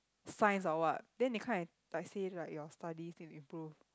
science or what then they come like say like your study needs to improve